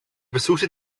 besuchte